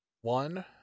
one